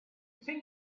think